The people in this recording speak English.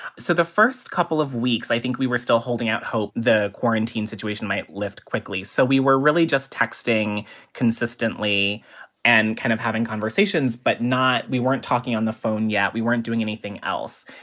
so the first couple of weeks, i think we were still holding out hope the quarantine situation might lift quickly, so we were really just texting consistently and kind of having conversations but not we weren't talking on the phone yet. we weren't doing anything else.